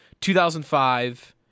2005